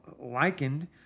likened